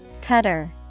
Cutter